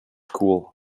school